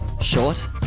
short